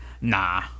nah